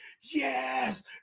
yes